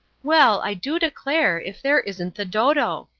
well, i do declare, if there isn't the dodo!